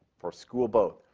for school, both.